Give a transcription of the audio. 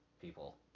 people